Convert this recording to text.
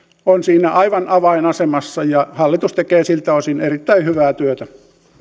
on siinä aivan avainasemassa ja hallitus tekee siltä osin erittäin hyvää työtä